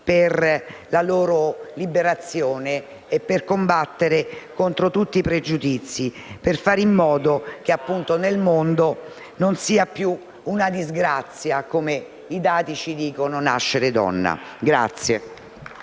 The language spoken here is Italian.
per la loro liberazione e per combattere contro tutti i pregiudizi, per fare in modo che nel mondo non sia più una disgrazia, come i dati ci dicono, nascere donna.